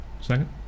Second